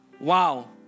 wow